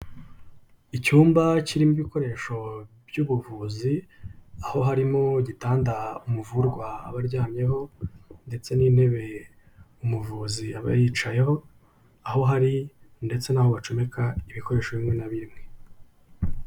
Icyumba kirimo ibikoresho by'ubuvuzi aho harimo igitanda umuvurwa aba aryamyeho, ndetse n'intebe umuvuzi aba yicayeho, aho hari ndetse n'aho bacomeka ibikoresho bimwe na bimwe.